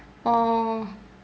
oh